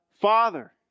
Father